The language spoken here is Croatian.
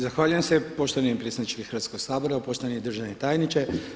Zahvaljuje se poštovani predsjedniče Hrvatskoga sabora, poštovani državni tajniče.